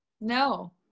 No